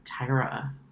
Tyra